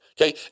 Okay